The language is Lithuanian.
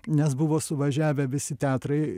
nes buvo suvažiavę visi teatrai